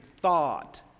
thought